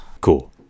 Cool